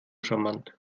charmant